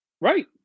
Right